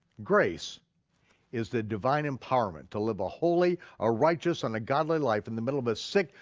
grace is the divine empowerment to live a holy, a righteous, and a godly life, in the middle of a sick,